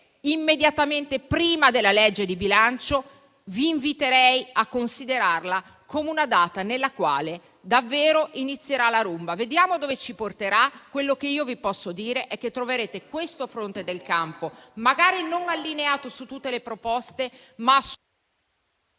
immediatamente prima della legge di bilancio, vi inviterei a considerare tale giorno come una data nella quale davvero inizierà la rumba. Vediamo dove ci porterà. Quello che io vi posso dire è che troverete questo fronte del campo, magari non allineato su tutte le proposte, ma